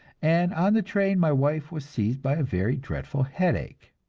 and on the train my wife was seized by a very dreadful headache.